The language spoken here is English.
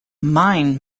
mine